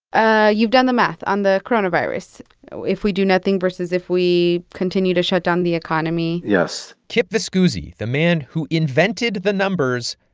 ah you've done the math on the coronavirus if we do nothing, versus if we continue to shut down the economy yes kip viscusi, the man who invented the numbers,